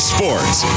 Sports